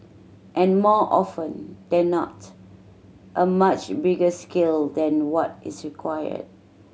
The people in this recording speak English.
and more often than not a much bigger scale than what is required